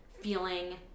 feeling